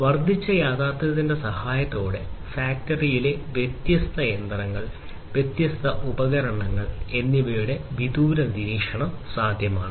augmented reality സഹായത്തോടെ ഫാക്ടറിയിലെ വ്യത്യസ്ത യന്ത്രങ്ങൾ വ്യത്യസ്ത ഉപകരണങ്ങൾ എന്നിവയുടെ വിദൂര നിരീക്ഷണം സാധ്യമാണ്